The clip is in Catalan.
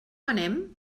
anem